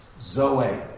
zoe